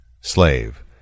Slave